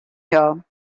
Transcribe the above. here